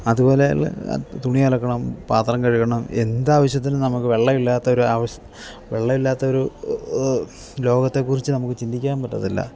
അതുപോലെയുള്ള തുണി അലക്കണം പാത്രം കഴുകണം എന്ത് ആവശ്യത്തിനും നമുക്ക് വെള്ളമില്ലാത്ത വെള്ളമില്ലാത്ത ഒരു ലോകത്തെ കുറിച്ച് നമുക്ക് ചിന്തിക്കാൻ പറ്റത്തില്ല